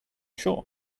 sure